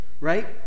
Right